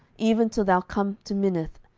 even till thou come to minnith,